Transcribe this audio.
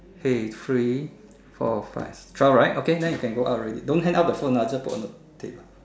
hey three four five twelve right okay then you can go out already don't hang up the phone ah just put on the table